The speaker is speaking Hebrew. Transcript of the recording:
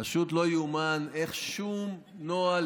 פשוט לא ייאמן איך שום נוהל,